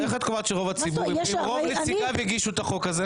איך את קובעת שרוב הציבור אם רוב נציגי הציבור הגישו את הצעת החוק הזאת?